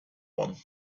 one